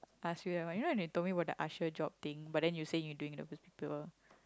ask you when you know they told me what the usher job thing but then you say you doing the